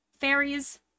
Fairies